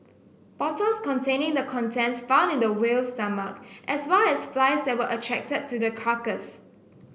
bottles containing the contents found in the whale's stomach as well as flies that were attracted to the carcass